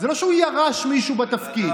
זה לא שהוא ירש מישהו בתפקיד.